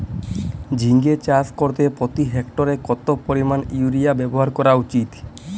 ঝিঙে চাষ করতে প্রতি হেক্টরে কত পরিমান ইউরিয়া ব্যবহার করা উচিৎ?